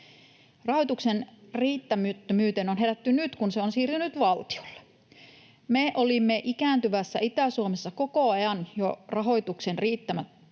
Rahoituksen riittämättömyyteen on herätty nyt, kun se on siirtynyt valtiolle. Meillä ikääntyvässä Itä-Suomessa rahoituksen riittämättömyys